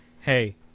hey